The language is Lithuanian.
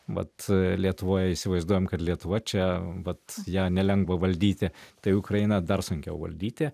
vat lietuvoje įsivaizduojam kad lietuva čia vat ją nelengva valdyti tai ukrainą dar sunkiau valdyti